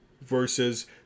versus